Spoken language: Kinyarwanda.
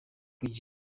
kugira